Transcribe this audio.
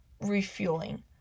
refueling